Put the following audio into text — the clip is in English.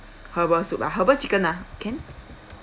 herbal soup ah herbal chicken ah can